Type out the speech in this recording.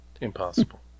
Impossible